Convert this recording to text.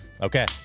Okay